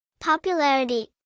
Popularity